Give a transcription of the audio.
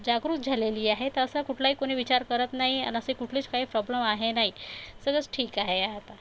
जागृत झालेली आहेत असा कुठलाही कुणी विचार करत नाही आणि असे कुठलेच काही प्रॉब्लेम आहे नाही सगळंच ठीक आहे आता